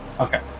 Okay